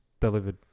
delivered